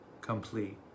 complete